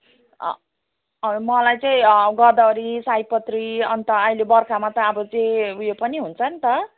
मलाई चाहिँ गदवरी सयपत्री अन्त अहिले बर्खामा त अब चाहिँ उयो पनि हुन्छ नि त